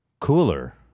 cooler